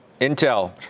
Intel